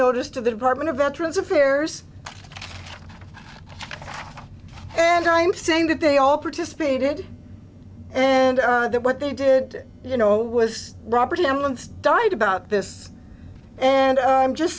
notice to the department of veterans affairs and i'm saying that they all participated and that what they did you know was robert emmons died about this and i'm just